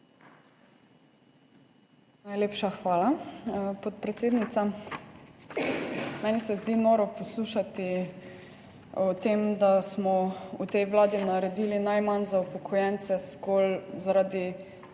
Najlepša hvala, podpredsednica. Meni se zdi noro poslušati o tem, da smo v tej vladi naredili najmanj za upokojence, zgolj zaradi